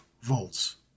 volts